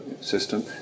system